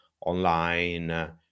online